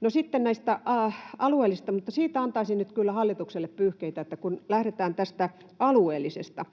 No sitten näistä alueellisista: Siitä antaisin nyt kyllä hallitukselle pyyhkeitä, kun lähdetään tästä alueellisesta.